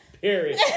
Period